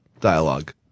dialogue